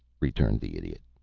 returned the idiot,